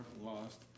lost